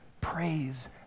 praise